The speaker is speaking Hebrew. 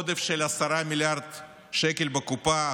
עודף של 10 מיליארד שקל בקופה,